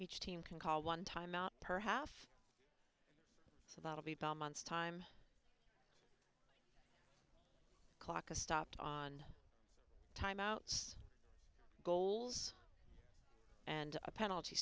each team can call one timeout per half so that'll be belmont's time clock a stopped on time outs goals and a penalty